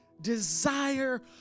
desire